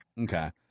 Okay